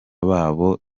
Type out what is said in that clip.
babo